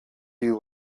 you